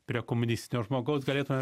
prie komunistinio žmogaus galėtume